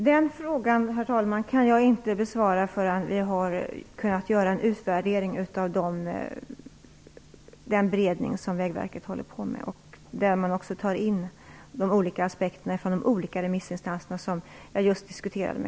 Herr talman! Den frågan kan jag inte besvara förrän vi har kunnat göra en utvärdering av den beredning som Vägverket håller på med och därmed också tagit in de olika aspekterna från de olika remissinstanserna, vilket jag just diskuterade med